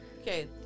okay